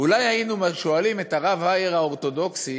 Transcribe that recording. אולי היינו שואלים את הרב האייר, האורתודוקסי,